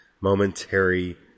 Momentary